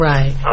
Right